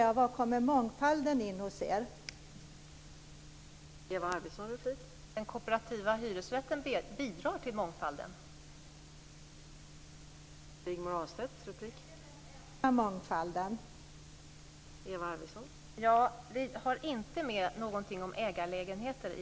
Jag undrar var mångfalden kommer in.